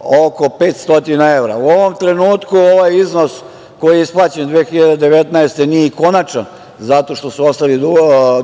oko 500 evra.U ovom trenutku ovaj iznos koji je isplaćen 2019. godine nije i konačan, zato što su ostali